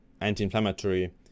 anti-inflammatory